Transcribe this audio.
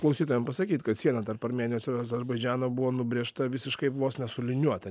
klausytojam pasakyt kad siena tarp armėnijos ir azerbaidžano buvo nubrėžta visiškai vos ne su liniuote